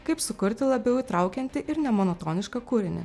kaip sukurti labiau įtraukiantį ir nemonotonišką kūrinį